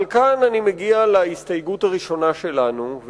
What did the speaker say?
אבל כאן אני מגיע להסתייגות הראשונה שלנו,